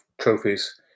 trophies